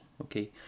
okay